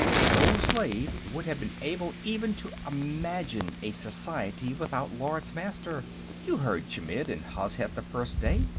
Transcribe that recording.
no slave would have been able even to imagine a society without lords-master you heard chmidd and hozhet, the first day,